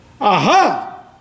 aha